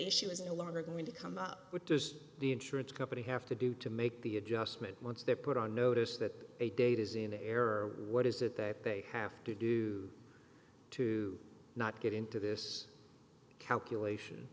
issue is no longer going to come up with just the insurance company have to do to make the adjustment once they're put on notice that a date is in error what is it that they have to not get into this calculation